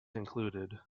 included